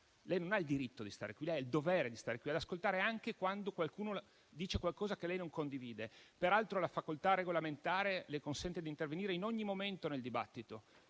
Lei non ha il diritto di stare qui, lei ha il dovere di stare qui ad ascoltare anche quando qualcuno dice qualcosa che non condivide. Peraltro il Regolamento le consente di intervenire in ogni momento nel dibattito.